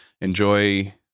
enjoy